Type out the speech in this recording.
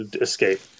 escape